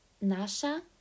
Nasha